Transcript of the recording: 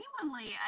genuinely